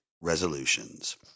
resolutions